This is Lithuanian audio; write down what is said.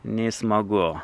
nei smagu